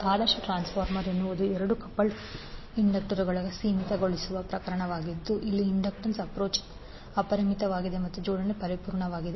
ಆದರ್ಶ transformer ಎನ್ನುವುದು ಎರಡು coupled ಇಂಡಕ್ಟರುಗಳ ಸೀಮಿತಗೊಳಿಸುವ ಪ್ರಕರಣವಾಗಿದ್ದು ಅಲ್ಲಿ ಇಂಡಕ್ಟನ್ಸ್ ಅಪ್ರೋಚ್ ಅಪರಿಮಿತವಾಗಿದೆ ಮತ್ತು ಜೋಡಣೆ ಪರಿಪೂರ್ಣವಾಗಿದೆ